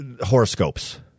Horoscopes